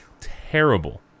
Terrible